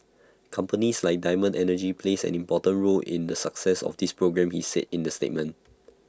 companies like diamond energy play an important role in the success of these programmes he said in A statement